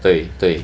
对对